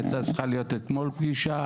הייתה צריכה להיות אתמול פגישה,